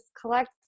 collect